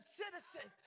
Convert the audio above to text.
citizen